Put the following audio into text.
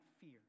fear